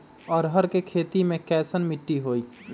अरहर के खेती मे कैसन मिट्टी होइ?